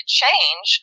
change